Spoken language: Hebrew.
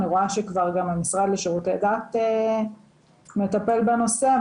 אני רואה שכבר גם המשרד לשירותי דת מטפל בנושא,